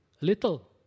little